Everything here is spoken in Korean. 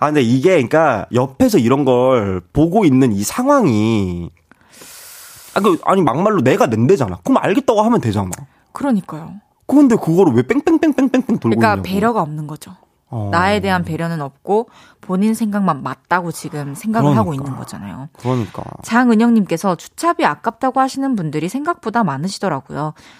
아, 근데 이게 그러니까 옆에서 이런 걸 보고 있는 이 상황이 아, 그, 아니, 막말로 내가 낸대잖아. 그럼 알겠다고 하면 되잖아. 그러니까요. 근데 그거를 왜 뺑뺑뺑뺑뺑뺑 돌고 그러니까. 있냐고. 배려가 없는 거죠. 나에 대한 어. 배려는 없고 본인 생각만 맞다고 지금 생각을 하고 있는 그러니까. 거잖아요. 그러니까. 장은영 님께서 주차비 아깝다고 하시는 분들이 생각보다 많으시더라고요.